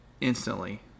instantly